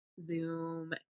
Zoom